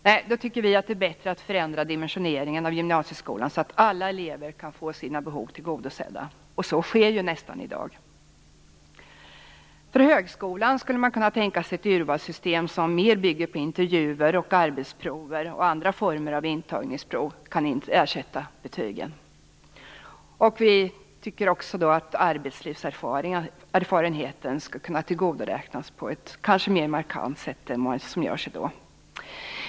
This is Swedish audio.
Nej, då tycker vi att det är bättre att förändra dimensioneringen av gymnasieskolan, så att alla elever kan få sina behov tillgodosedda. Så är det ju nästan i dag. För högskolan skulle man kunna tänka sig ett urvalssystem som mera bygger på intervjuer och arbetsprov. Även andra former av intagningsprov kan ersätta betygen. Vi tycker att arbetslivserfarenheten skall kunna tillgodoräknas på ett kanske mera markant sätt än som i dag är fallet.